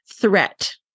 threat